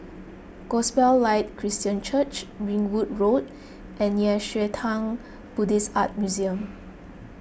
Gospel Light Christian Church Ringwood Road and Nei Xue Tang Buddhist Art Museum